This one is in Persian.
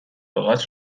لغات